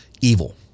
evil